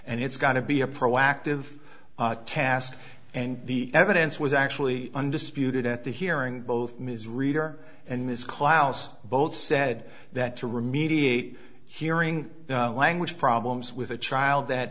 and it's got to be a proactive task and the evidence was actually undisputed at the hearing both ms reader and ms klaus both said that to remediate hearing language problems with a child that